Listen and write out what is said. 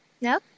No